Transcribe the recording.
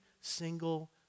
single